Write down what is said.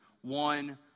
one